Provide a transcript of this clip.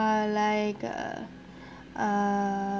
uh like uh